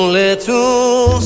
little